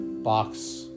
box